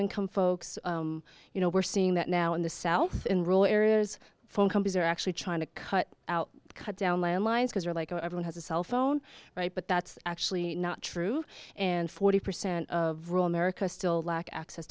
income folks you know we're seeing that now in the south in rural areas phone companies are actually trying to cut out cut down landlines because they're like oh everyone has a cell phone right but that's actually not true and forty percent of rural america still lack access